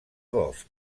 bosc